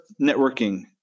networking